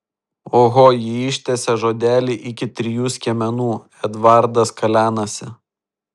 oho ji ištęsė žodelį iki trijų skiemenų edvardas kalenasi